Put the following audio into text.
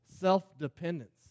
self-dependence